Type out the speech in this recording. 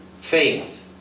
faith